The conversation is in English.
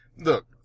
Look